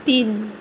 तिन